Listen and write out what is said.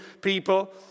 people